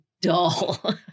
dull